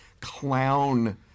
clown